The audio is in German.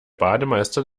bademeister